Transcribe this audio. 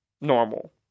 normal